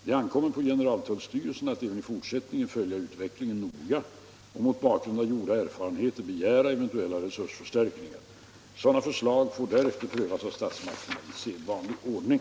Det ankommer på generaltullstyrelsen att även i fortsättningen följa utvecklingen noga och mot bakgrund av gjorda erfarenheter begära eventuella resursförstärkningar. Sådana förslag får därefter prövas av statsmakterna i sedvanlig ordning.